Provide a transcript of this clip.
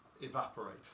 evaporate